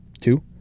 Two